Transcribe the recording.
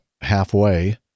halfway